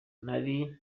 nari